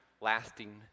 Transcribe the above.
lasting